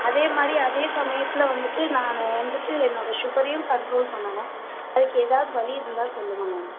அதேமாதிரி அதே சமயத்தில் வந்துவிட்டு நான் வந்துவிட்டு என்னோடய ஷூகரையும் கண்ட்ரோல் பண்ணணும் அதுக்கு எதாவது வழி இருந்தால் சொல்லுங்கள் மேம்